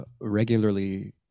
regularly